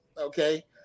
okay